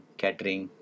catering